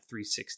360